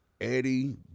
Eddie